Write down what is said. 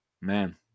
Man